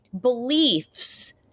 beliefs